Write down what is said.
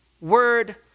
word